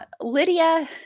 Lydia